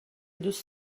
دوست